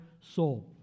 soul